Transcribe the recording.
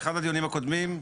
אחד הדיונים הקודמים.